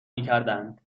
میکردند